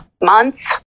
months